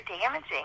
damaging